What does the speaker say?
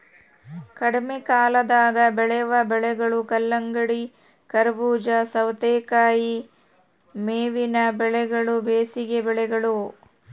ಕಡಿಮೆಕಾಲದಾಗ ಬೆಳೆವ ಬೆಳೆಗಳು ಕಲ್ಲಂಗಡಿ, ಕರಬೂಜ, ಸವತೇಕಾಯಿ ಮೇವಿನ ಬೆಳೆಗಳು ಬೇಸಿಗೆ ಬೆಳೆಗಳು